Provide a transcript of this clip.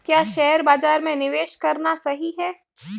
क्या शेयर बाज़ार में निवेश करना सही है?